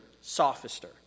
sophister